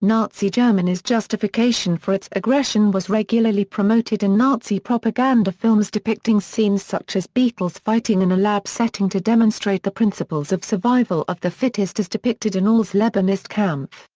nazi germany's justification for its aggression was regularly promoted in nazi propaganda films depicting scenes such as beetles fighting in a lab setting to demonstrate the principles of survival of the fittest as depicted in alles leben ist kampf.